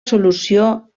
solució